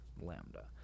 Lambda